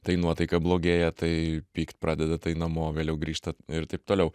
tai nuotaika blogėja tai pykt pradeda tai namo vėliau grįžta ir taip toliau